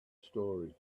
story